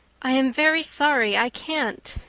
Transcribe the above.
i am very sorry i can't,